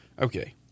Okay